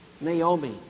Naomi